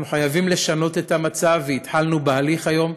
אנחנו חייבים לשנות את המצב, והתחלנו בהליך היום,